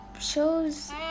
shows